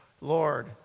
Lord